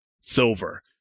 silver